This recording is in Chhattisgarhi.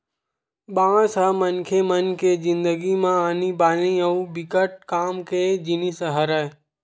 बांस ह मनखे मन के जिनगी म आनी बानी अउ बिकट काम के जिनिस हरय